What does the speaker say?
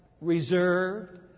Reserved